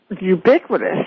ubiquitous